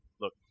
Look